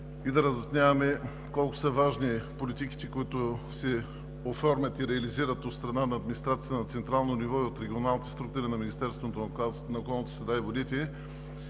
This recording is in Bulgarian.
да разясняваме колко са важни политиките, които се оформят и реализират от страна на администрацията на централно ниво и от регионалните структури на Министерството на околната среда и водите